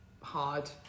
hard